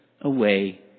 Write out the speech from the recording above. away